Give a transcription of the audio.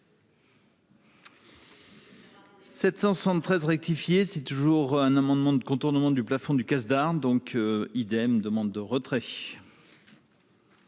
773 rectifié, c'est toujours un amendement de contournement du plafond du casse d'armes donc idem demande de retrait.